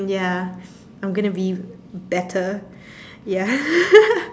ya I'm gonna be better ya